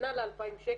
נתנה לה 2,000 שקל,